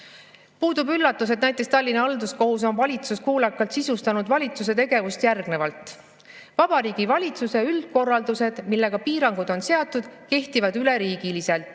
Ei üllata, et näiteks Tallinna Halduskohus on valitsuskuulekalt sisustanud valitsuse tegevust järgnevalt: Vabariigi Valitsuse üldkorraldused, millega piirangud on seatud, kehtivad üleriigiliselt,